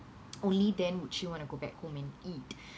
only then would she want to go back home and eat